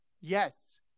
yes